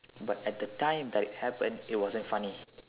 but at the time that it happened it wasn't funny